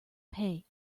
pay